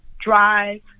drive